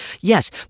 Yes